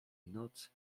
noc